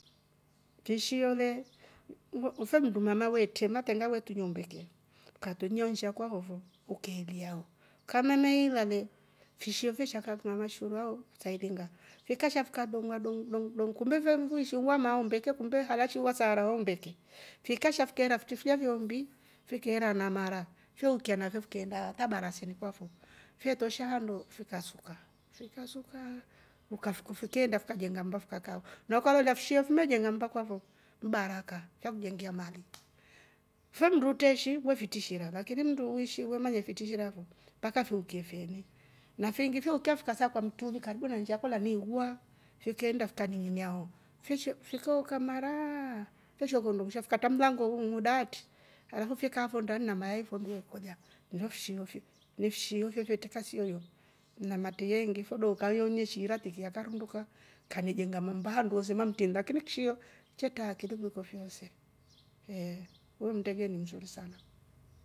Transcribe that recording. fishio yo le ife mndu mama mama we trema tengaa we tunya umbeke ukatunya ho nsha kwafo fo ukeliaau, ukamemelia le fishie fyeesha kakuveshilau saa ilinga fikasha fika dong'ua dong dong kumbe ife weeshi wamaa umbeke, kumbe hala shi wasaara ho umbeke fikasha fikeera fikitri fiombi fikeera na mara fyeeukikya nafyo fiikeenda hata baraseni kwafo fye tosha handu fikasuka, fikasukaa fikeenda fikajenga mmba fikaa kaaafo na ukalolya fishe fimejenga mmba kwafo ni baraka fyakujengia mali. Femndu utreeshi we fitishira lakini mmndu uishi we manaya fitishira fo mpaka fiukye feni na fiingi fyeukya fika saakwa mtri ulikaribu na nsha kolya ni uuwa fyo keenda fika ning'inia ho fikooka maraaa vesholwa undushwa fikatra mlango uluuatri, fika kaa fo ndani na mayai fo vyekola ndo fshiofo ni fshiyo fyetretre kasi yoyo na matreye eengi fo dooka yo neshiira tiki yakarunduka kane jenga mammba handu kwetre matri lakini kshiyo chetre akili kuliko fyoose eeh huyu ndege ni mzuri sana.